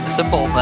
Simple